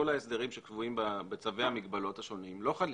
כל ההסדרים שקבועים בצווי המגבלות השונים לא חלים.